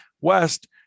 west